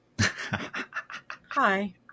Hi